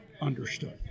understood